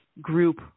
group